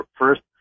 first